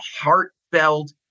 heartfelt